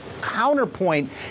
counterpoint